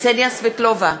קסניה סבטלובה,